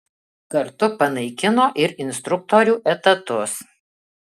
kartu panaikino ir instruktorių etatus